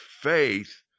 faith